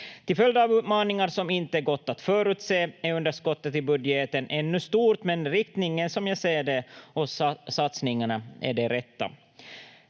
Till följd av utmaningar som inte har gått att förutse är underskottet i budgeten ännu stort, men som jag ser det är riktningen och satsningarna de rätta.